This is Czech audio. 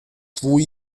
tvůj